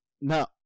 No